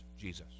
Jesus